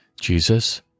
Jesus